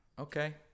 okay